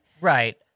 Right